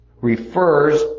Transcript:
refers